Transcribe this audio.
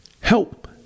Help